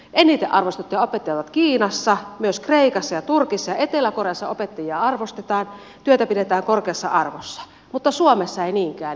eniten arvostettuja opettajat ovat kiinassa myös kreikassa turkissa ja etelä koreassa opettajia arvostetaan ja työtä pidetään korkeassa arvossa mutta suomessa ei niinkään